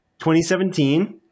2017